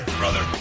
brother